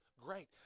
great